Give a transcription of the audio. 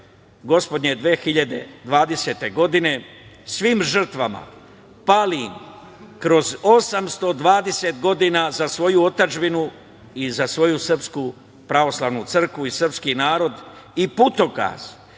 gospodnje 2020. godine svim žrtvama palim kroz 820 godina za svoju otadžbinu i za svoju Srpsku Pravoslavnu Crkvu i srpski narod i putokaz